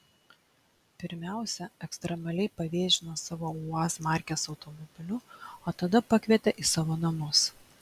pirmiausia ekstremaliai pavėžino savo uaz markės automobiliu o tada pakvietė į savo namus